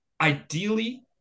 ideally